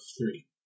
three